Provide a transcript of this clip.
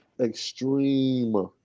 extreme